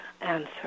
answer